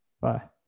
Bye